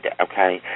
okay